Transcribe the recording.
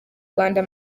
rwanda